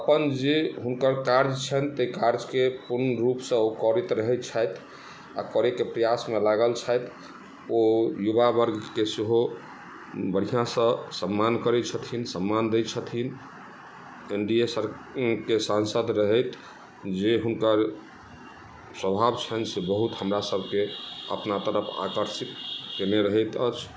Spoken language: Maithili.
अपन जे हुनकर कार्ज छनि ताहि कार्यके पूर्ण रूपसँ ओ करैत रहै छथि आ करैके प्रयासमे लागल छथि ओ युवावर्गके सेहो बढ़िऑंसँ सम्मान करै छथिन सम्मान दै छथिन एनडीए सरकाके सांसद रहथि जे हुनकर स्वभाव छैन्ह से बहुत हमरा सभके अपना तरफ आकर्षितमे रहैत अछि